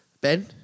Ben